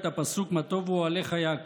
שדובר עליה הרבה, דרך